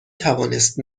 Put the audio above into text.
توانست